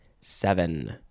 Seven